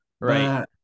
Right